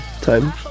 time